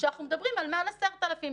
כשאנחנו מדברים על מעל 10,000 איש,